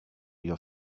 your